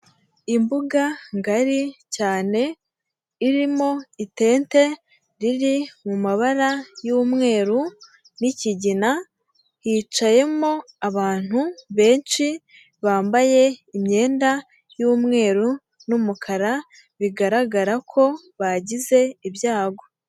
Imbuga ngari cyane, ririmo itente riri mu mabara y'umweru n'ikigina, hicayemo abantu benshi bambaye imyenda y'umweru n'umukara, bigaragara ko bagize ibyago.